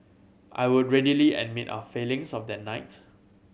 I would readily admit our failings of that night